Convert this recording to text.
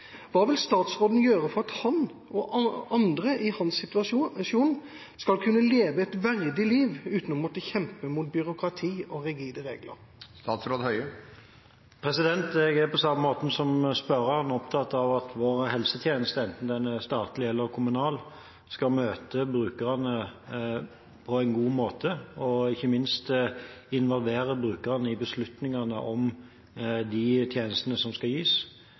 Hva vil statsråden gjøre for at han og andre i hans situasjon skal kunne leve et verdig liv uten å måtte kjempe mot byråkrati og rigide regler?» Jeg er, på samme måte som spørreren, opptatt av at vår helsetjeneste, enten den er statlig eller kommunal, skal møte brukeren på en god måte og ikke minst involvere brukeren i beslutningen om de tjenestene som skal gis.